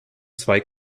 zwei